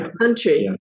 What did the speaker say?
country